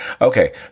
Okay